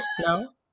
no